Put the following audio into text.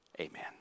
Amen